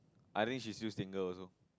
I think she's still single also